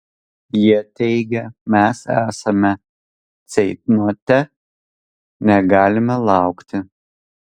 jie teigia mes esame ceitnote negalime laukti